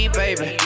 baby